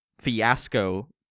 fiasco